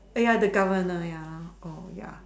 oh ya the governor ya oh ya